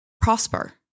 Prosper